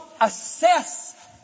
assess